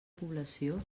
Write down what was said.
població